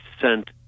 sent